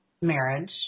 marriage